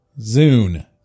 Zune